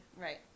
Right